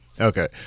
Okay